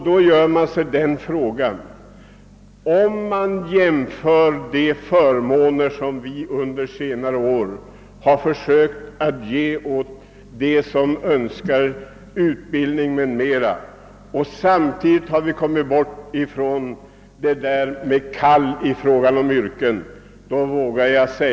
Vi har alltså försökt under senare år att ge förmåner åt dem som håller på att skaffa sig en utbildning, och samtidigt har vi kommit bort från att betrakta vårdyrkena som kall. Denna utveckling har jag aktivt medverkat till.